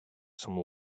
some